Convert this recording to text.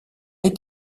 est